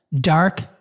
Dark